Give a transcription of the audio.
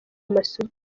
amasugi